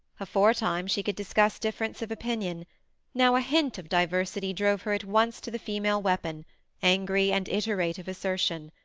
aforetime, she could discuss difference of opinion now a hint of diversity drove her at once to the female weapon angry and iterative assertion.